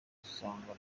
usanga